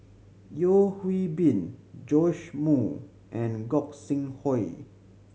Yeo Hwee Bin Joash Moo and Gog Sing Hooi